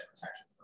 protection